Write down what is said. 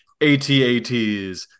ATATs